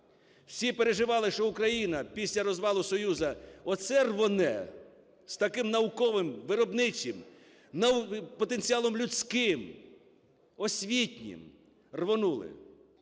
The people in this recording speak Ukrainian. Всі переживали, що Україна після розвалу Союзу - оце рвоне, з таким науковим, виробничим, потенціалом людським, освітнім! Рвонули6